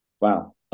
Wow